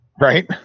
Right